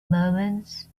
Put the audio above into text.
moments